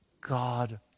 God